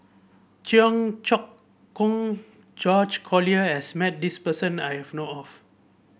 Cheong Choong Kong George Collyer has met this person that I know of